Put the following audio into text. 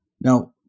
Now